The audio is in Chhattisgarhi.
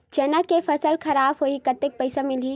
चना के फसल खराब होही कतेकन पईसा मिलही?